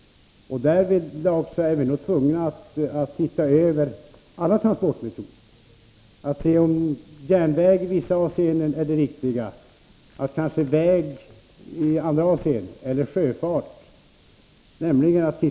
Därvid är vi nog tvungna att se över alla transportmetoder, såsom att undersöka om järnväg är det riktiga i vissa avseenden, om kanske vägförbindelser eller sjöfart är bäst i andra fall.